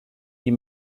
die